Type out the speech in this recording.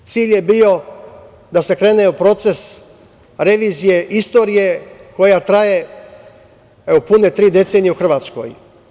S druge strane, cilj je bio da se krene u proces revizije istorije koja traje pune tri decenije u Hrvatskoj.